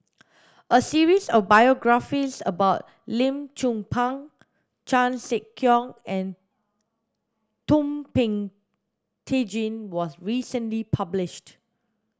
a series of biographies about Lim Chong Pang Chan Sek Keong and Thum Ping Tjin was recently published